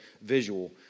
visual